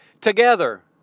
together